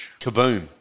Kaboom